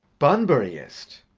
bunburyist?